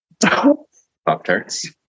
Pop-Tarts